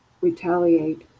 retaliate